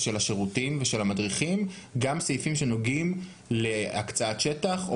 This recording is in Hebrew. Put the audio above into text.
של השירותים ושל המדריכים גם סעיפים שנוגעים להקצאת שטח,